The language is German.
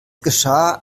geschah